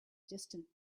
distant